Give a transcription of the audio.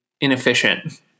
inefficient